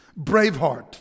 Braveheart